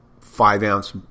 five-ounce